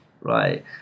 right